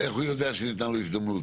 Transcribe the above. איך הוא יודע שניתנה לו הזדמנות.